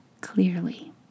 clearly